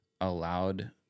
allowed